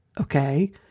Okay